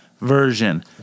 version